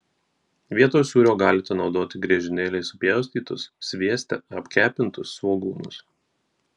vietoj sūrio galite naudoti griežinėliais supjaustytus svieste apkepintus svogūnus